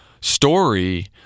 story